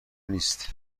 نیست